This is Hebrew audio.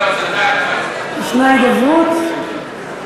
יש הידברות.